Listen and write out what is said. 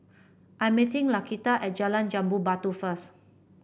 I'm meeting Laquita at Jalan Jambu Batu first